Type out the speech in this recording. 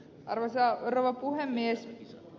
arvoisa rouva puhemies